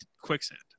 quicksand